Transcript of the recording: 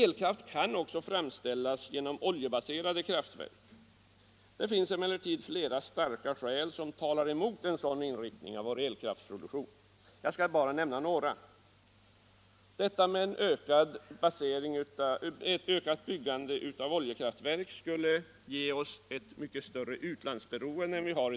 Elkraft kan också framställas genom oljebaserade kraftverk. Det finns dock flera starka skäl som talar emot en sådan inriktning av vår elkraftsproduktion. Jag skall bara nämna några. Ett ökat byggande av oljekraftverk skulle ge oss ett ökat utlandsberoende.